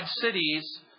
cities